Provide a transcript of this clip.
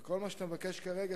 וכל מה שאתה מבקש כרגע,